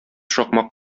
шакмак